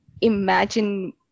imagine